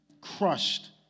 crushed